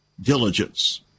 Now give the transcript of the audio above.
diligence